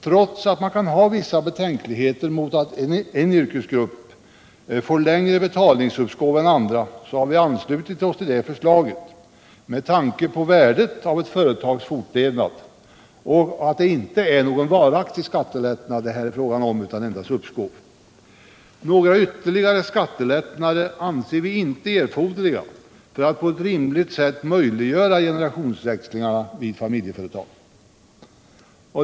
Trots att man kan ha vissa betänkligheter mot att en yrkesgrupp får längre betalningsuppskov än andra yrkesgrupper, har vi anslutit oss till detta förslag med tanke på värdet av ett företags fortlevnad och på att det inte är någon varaktig skattelättnad det här är fråga om utan endast om ett uppskov. Några ytterligare skattelättnader anser vi inte erforderliga för att på ett rimligt sätt möjliggöra generationsväxlingarna i familjeföretag.